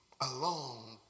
alone